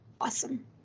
awesome